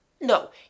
No